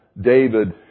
David